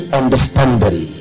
understanding